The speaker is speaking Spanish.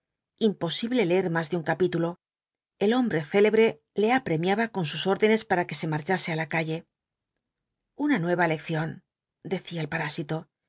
imposible leer más de un capítulo el hombre célebre le apremiaba con sus órdenes para que se marchase á la calle una nueva lección decía el parásito